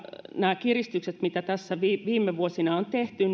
nämä kiristykset mitä viime vuosina on tehty